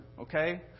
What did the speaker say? Okay